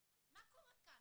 מה קורה כאן.